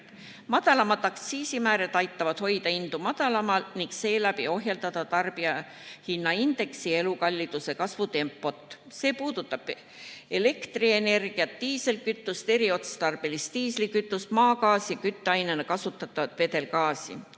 Madalamad aktsiisimäärad aitavad hoida hindu madalamal ning seeläbi ohjeldada tarbijahinnaindeksi ja elukalliduse kasvu. See puudutab elektrienergiat, diislikütust, eriotstarbelist diislikütust, maagaasi, kütteainena kasutatavat vedelgaasi.